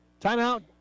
timeout